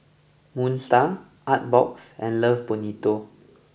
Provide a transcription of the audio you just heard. Moon Star Artbox and Love Bonito